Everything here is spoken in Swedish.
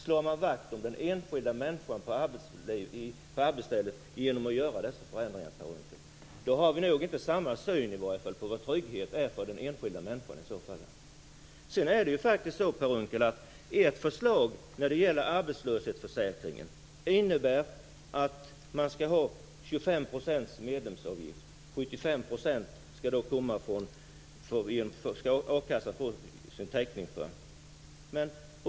Slår man vakt om den enskilda människan i arbetslivet genom att göra dessa förändringar, Per Unckel? Då har vi nog inte samma syn på vad trygghet är för den enskilda människan. Ert förslag, Per Unckel, när det gäller arbetslöshetsförsäkringen innebär att 25 % skall vara medlemsavgift, och 75 % skall ge a-kassan dess täckning.